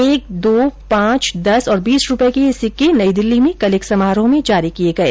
एक दो पांच दस और बीस रूपये के ये सिक्के नई दिल्ली में कल एक समारोह में जारी किये गये